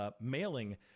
mailing